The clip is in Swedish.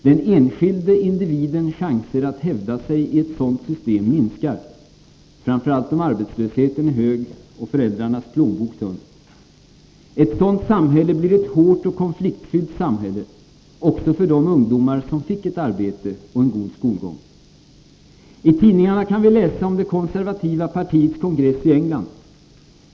Den enskilde individens chanser att hävda sig i ett sådant system minskar — framför allt om arbetslösheten är hög och föräldrarnas plånbok tunn. Ett sådant samhälle blir ett hårt och konfliktfyllt samhälle — också för de ungdomar som fick ett arbete och en god skolgång. I tidningarna kan vi läsa om det konservativa partiets kongress i England.